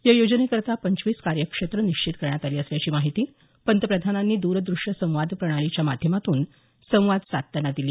या योजनेकरता पंचवीस कार्यक्षेत्रं निश्चित करण्यात आली असल्याची माहिती पंतप्रधानांनी द्रदृष्य संवाद प्रणालीच्या माध्यमातून संवाद साधताना दिली